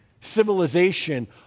civilization